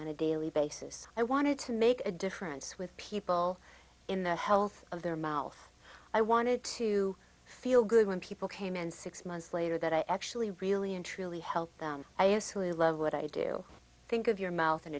on a daily basis i wanted to make a difference with people in the health of their mouth i wanted to feel good when people came and six months later that i actually really and truly helped them i use who i love what i do think of your mouth